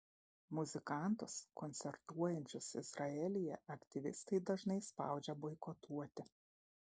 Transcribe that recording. muzikantus koncertuojančius izraelyje aktyvistai dažnai spaudžia boikotuoti